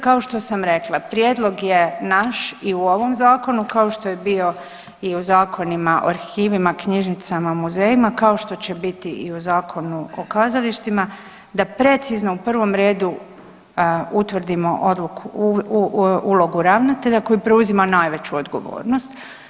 Kao što sam rekla, prijedlog je naš i u ovom Zakonu, kao što je bio i u zakonima o arhivima, knjižnicama, muzejima, kao što će biti i u Zakonu o kazalištima, da precizno u prvom redu utvrdimo odluku, ulogu ravnatelja koji preuzima najveću odgovornost.